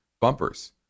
bumpers